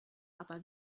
aber